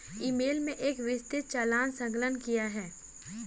ई mail में एक विस्तृत चालान संलग्न किया है